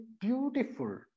beautiful